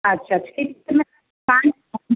अच्छा ठीक